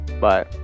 Bye